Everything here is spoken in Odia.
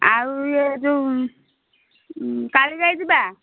ଆଉ ଇଏ ଯେଉଁ କାଳିଯାଇ ଯିବା